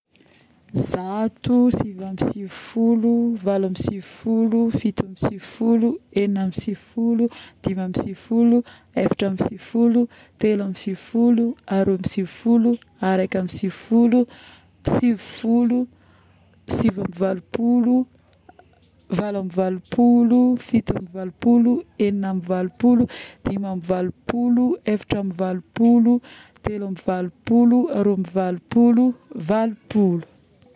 Zato, siviambisivifolo, valoambisivifolo, fitoambisivifolo, eninambisivifolo, dimiambisivifolo, eftrambisivifolo, teloambisivifolo, roambisivifolo, raikambisivifolo, sivifolo, siviambovalopolo, valoambovalopolo, eninambovalopolo, dimiambovalopolo, eftrambovalopolo, teloambovalopolo, roambovalopolo, valopolo